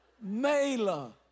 Mela